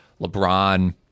LeBron